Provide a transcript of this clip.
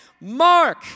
Mark